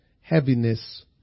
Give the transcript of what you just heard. heaviness